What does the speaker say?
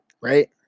Right